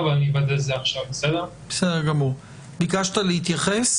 וכיום עד 10 במרץ במקומות שהילדים נבדקים,